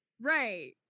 Right